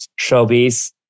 showbiz